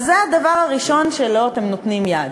אז זה הדבר הראשון שלו אתם נותנים יד.